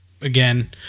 again